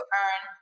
earn